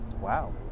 Wow